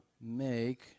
make